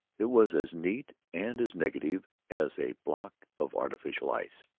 it was as neat, and as negative, as a block of artificial ice.